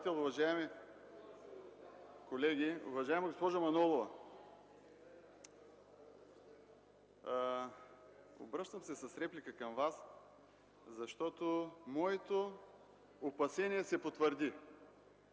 председател. Уважаеми колеги! Уважаема госпожо Манолова, обръщам се с реплика към Вас, защото моето опасение се потвърди,